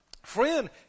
Friend